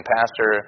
Pastor